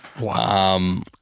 Wow